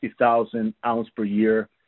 50,000-ounce-per-year